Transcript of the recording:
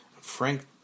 Frank